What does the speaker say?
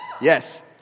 yes